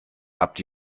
habt